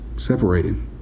separated